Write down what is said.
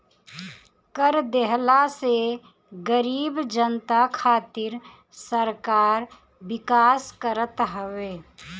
कर देहला से गरीब जनता खातिर सरकार विकास करत हवे